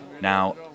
Now